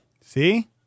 See